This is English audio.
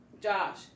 Josh